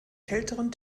kälteren